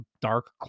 dark